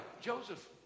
Joseph